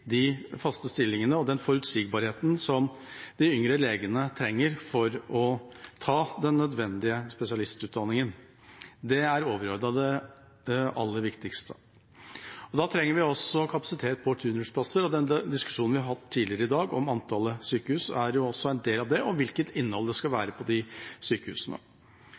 de faste stillingene og den forutsigbarheten som de yngre legene trenger for å ta den nødvendige spesialistutdanningen. Det er overordnet sett det aller viktigste. Da trenger vi også kapasitet for turnusplasser, og den diskusjonen vi har hatt tidligere i dag, om antallet sykehus og hvilket innhold det skal være i de sykehusene,